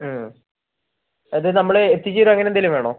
ഹ്മ് അത് നമ്മൾ എത്തിച്ച് തരികയോ അങ്ങനെ എന്തേലും വേണോ